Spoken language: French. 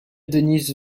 dennis